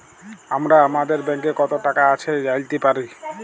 আমরা আমাদের ব্যাংকে কত টাকা আছে জাইলতে পারি